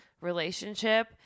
relationship